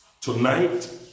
Tonight